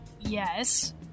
Yes